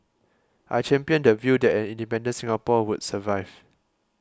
I championed the view that an independent Singapore would survive